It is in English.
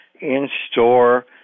In-store